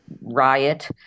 riot